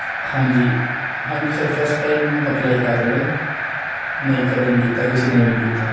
ਹਾਂਜੀ ਹਾਂਜੀ sir first time apply ਕਰ ਰਿਹਾ ਨਹੀਂ ਕਦੇ ਨਹੀਂ ਕੀਤਾ ਕਿਸੇ ਨੇ ਵੀ ਨਹੀਂ ਕੀਤਾ